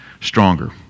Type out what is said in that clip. stronger